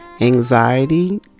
anxiety